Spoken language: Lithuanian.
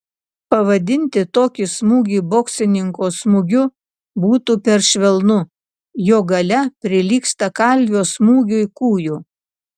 pavadinti tokį smūgį boksininko smūgiu būtų per švelnu jo galia prilygsta kalvio smūgiui kūju